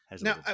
Now